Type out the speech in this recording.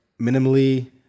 minimally